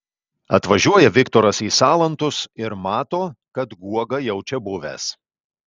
atvažiuoja viktoras į salantus ir mato kad guoga jau čia buvęs